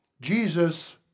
Jesus